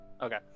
Okay